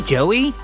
Joey